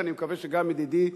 ואני מקווה שגם ידידי,